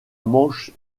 manche